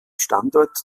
standort